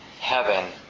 heaven